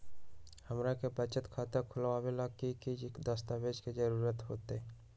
हमरा के बचत खाता खोलबाबे ला की की दस्तावेज के जरूरत होतई?